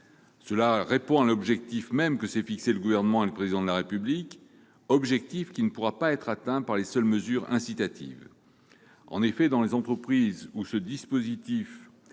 Cela répondait à l'objectif que se sont fixé le Gouvernement et le Président de la République, objectif qui ne pourra pas être atteint par de seules mesures incitatives. Dans les entreprises où ce dispositif